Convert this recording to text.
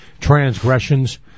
transgressions